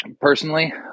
Personally